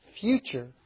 future